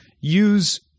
use